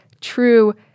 true